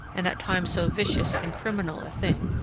and at times so vicious and criminal a thing,